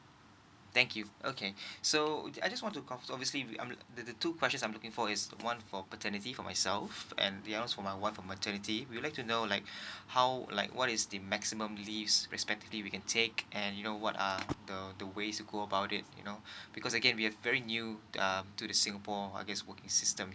thank you okay soI just want to confirm obviously I'm the the the two questions I'm looking for is one for paternity for myself and the other for my wife for maternity we would like to know like how like what is the maximum leave respectively we can take and you know what are the the ways to go about it you know because again we're very new um to the singapore I guess working system